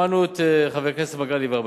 שמענו את חבר הכנסת מגלי והבה,